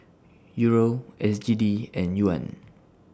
Euro S G D and Yuan